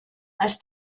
als